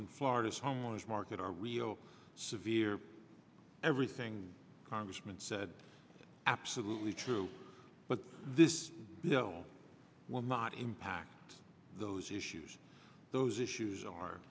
in florida's homeowners market are real severe everything congressman said absolutely true but this bill will not impact those issues those issues are